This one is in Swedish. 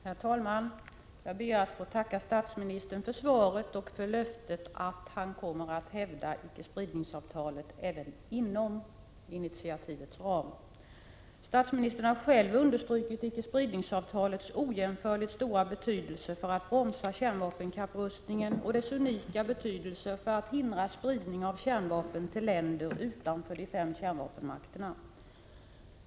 Herr talman! Jag ber att få tacka statsministern för svaret och för löftet att han kommer att hävda icke-spridningsavtalet även inom sexnationsinitiativets ram. Statsministern har själv understrukit icke-spridningsavtalets ojämförligt stora betydelse för att bromsa kärnvapenkapprustningen och dess unika betydelse för att hindra spridning av kärnvapen till länder utanför de fem kärnvapenmakterna.